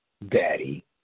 daddy